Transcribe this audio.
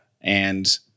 and-